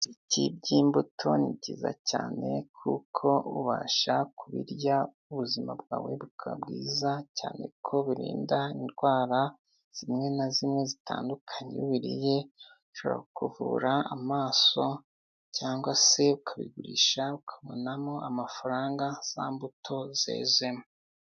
Ibiti by'imbuto ni byiza cyane, kuko ubasha kubirya ubuzima bwawe bukaba bwiza cyane, kuko birinda indwara zimwe na zimwe zitandukanye. Iyo ubiriye, bishobora kuvura amaso, cyangwa se ukabigurisha ukabonamo amafaranga za mbuto zezemo.